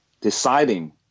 deciding